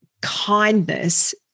kindness